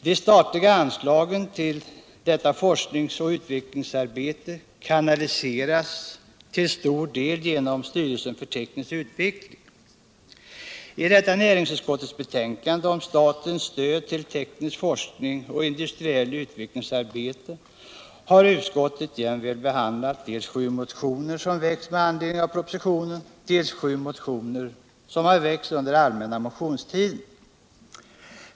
De statliga anslagen till detta forskningsoch utvecklingsarbete analyseras till stor del genom styrelsen för teknisk utveckling. I detta näringsutskottets betänkande med anledning av propositionen om statens stöd till teknisk forskning och industriellt utvecklingsarbete har utskottet jämväl behandlat dels sju motioner som väckts med anledning av propositionen, dels sju motioner som väckts under allmänna motionstiden.